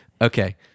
Okay